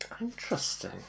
Interesting